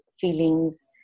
feelings